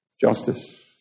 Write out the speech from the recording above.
justice